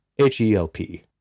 H-E-L-P